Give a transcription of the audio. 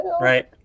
right